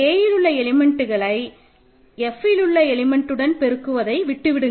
Kயிலுள்ள எலிமெண்ட்க்களை Fயிலுள்ள எலிமெண்ட்க்ளுடன் பெருக்குவதை விட்டுவிடுங்கள்